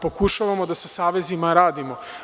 Pokušavamo da sa savezima radimo.